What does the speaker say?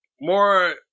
More